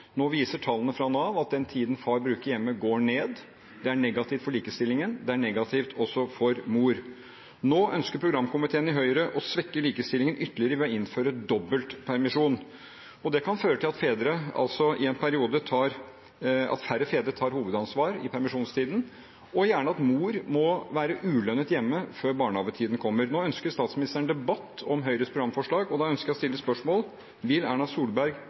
Nå viser tallene fra Nav at den tiden far bruker hjemme, går ned. Det er negativt for likestillingen. Det er negativt også for mor. Nå ønsker programkomiteen i Høyre å svekke likestillingen ytterligere ved å innføre dobbelt permisjon. Det kan føre til at færre fedre tar hovedansvar i permisjonstiden, og gjerne at mor må være ulønnet hjemme før barnehagetiden kommer. Nå ønsker statsministeren debatt om Høyres programforslag, og da ønsker jeg å stille spørsmålet: Vil Erna Solberg